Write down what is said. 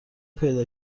پیدا